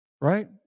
right